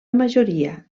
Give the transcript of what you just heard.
majoria